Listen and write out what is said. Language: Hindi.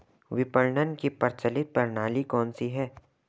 विपणन की प्रचलित प्रणाली कौनसी है?